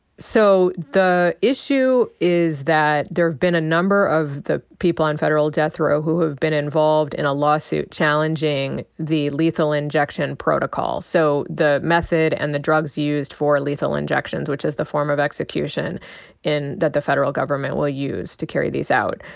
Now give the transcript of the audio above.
so the issue is that there have been a number of the people on federal death row who have been involved in a lawsuit challenging the lethal injection protocol. so the method and the drugs used for lethal injections, which is the form of execution that the federal government will use to carry these out.